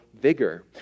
vigor